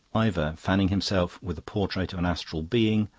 ivor, fanning himself with the portrait of an astral being,